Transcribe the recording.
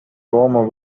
former